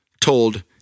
told